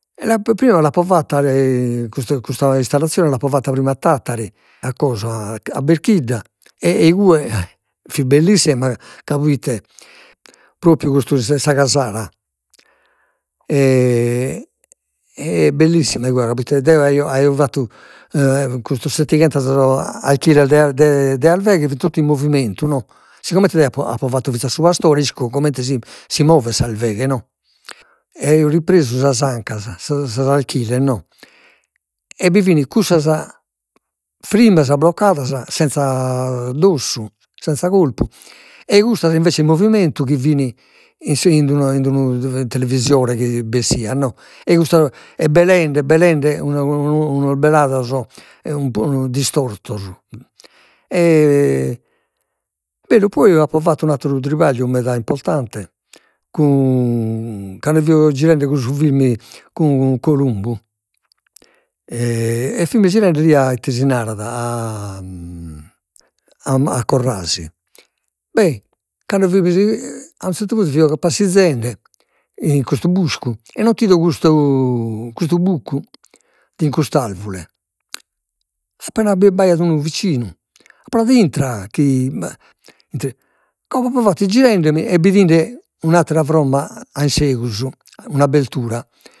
prima l'apo fatta e custa custa installazione, l'apo fatta prima a Thattari a coso a Belchidda e e igue fit bellissima ca proite propriu custu sa casara e bellissima igue proite deo aio aio fattu custa settighentas alchiles de de arveghes totu in movimentu no, sigomente deo apo apo fattu finzas su pastore, isco comente si si movet s'arveghe no, e aio ripresu sas ancas, sas sas archiles no, e bi fin cussa frimmas bloccadas senza dossu, senza corpu, ei custas invece in movimentu chi fin i su in d'una in d'unu in televisore chi b'essiat no, e custas e belende e belende unos belados, un pò bellu. Poi apo fattu un atteru trapagliu meda importante cun, cando fio girende cussu film cun Columbu, e e fimus girende lì a ite si narat a a Corrasi, beh cando fimus a unu zertu puntu fio passizende in custu buscu e no t'ido custu custu buccu in cust'arvure e appena b'aiat unu vicinu apo nadu, intra chi comente apo fattu girendemi e bidende un'attera fromma a in segus un'abertura